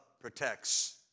protects